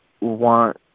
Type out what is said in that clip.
want